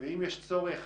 אם יש צורך